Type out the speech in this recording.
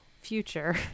future